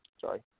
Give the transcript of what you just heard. sorry